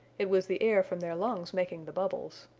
it was the air from their lungs making the bubbles.